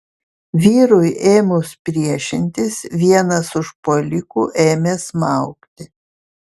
vyrui ėmus priešintis vienas užpuolikų ėmė smaugti